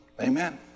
Amen